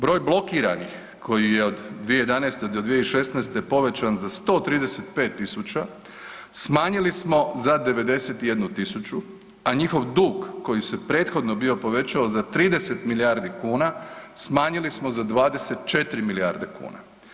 Broj blokiranih koji je od 2011. do 2016. povećan za 135.000 smanjili smo za 91.000, a njihov dug koji se prethodno bio povećao za 30 milijardi kuna smanjili smo za 24 milijarde kuna.